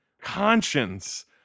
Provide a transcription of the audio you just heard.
conscience